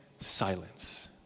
silence